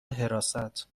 حراست